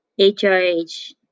HRH